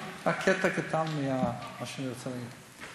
זה רק קטע קטן ממה שאני רוצה להגיד.